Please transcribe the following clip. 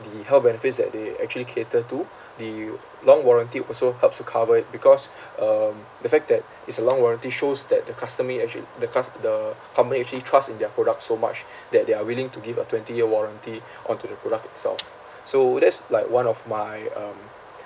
the health benefits that they actually cater to the long warranty also helps to cover it because um the fact that it's a long warranty shows that the customee actually the cus~ the company actually trusts in their product so much that they are willing to give a twenty year warranty onto the product itself so that's like one of my um